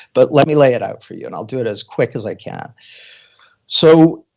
but let me lay it out for you. and i'll do it as quick as i can so